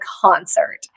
concert